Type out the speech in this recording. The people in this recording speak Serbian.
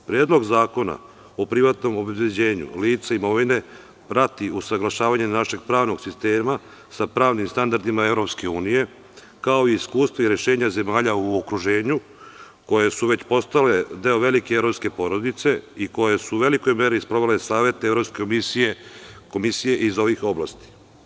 Predlog zakona o privatnom obezbeđenju lica i imovine prati usaglašavanje našeg pravnog sistema sa pravnim standardima EU, kao i iskustva i rešenja zemalja u okruženju koje su već postale deo velike evropske porodice i koje su u velikoj meri sprovele savete Evropske komisije iz ovih oblasti.